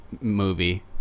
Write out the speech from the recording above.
movie